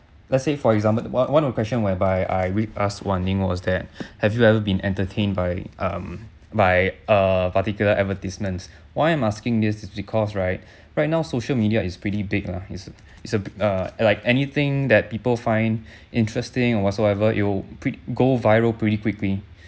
let's say for example one one of the question whereby I already ask wan-ling was that have you ever been entertained by um by uh particular advertisements why I'm asking this is because right right now social media is pretty big lah is is uh like anything that people find interesting or whatsoever it will prett~ go viral pretty quickly